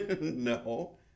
No